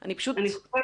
אני פשוט,